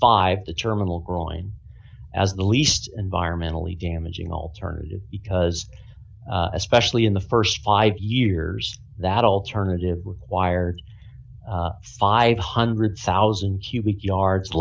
five the terminal growing as the least environmentally damaging alternative because especially in the st five years that alternative required five hundred thousand cubic yards